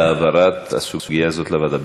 על העברת הסוגיה הזאת לוועדה.